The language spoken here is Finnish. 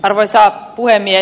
arvoisa puhemies